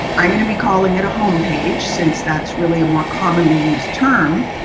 i'm going to be calling it a home page since that's really more commonly use term.